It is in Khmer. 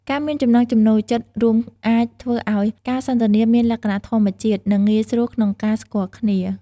ការមានចំណង់ចំណូលចិត្តរួមអាចធ្វើឱ្យការសន្ទនាមានលក្ខណៈធម្មជាតិ និងងាយស្រួលក្នុងការស្គាល់គ្នា។